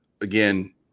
again